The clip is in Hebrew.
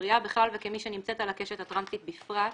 שכבריאה בכלל וכמי שנמצאת על הקשת הטרנסית בפרט,